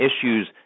issues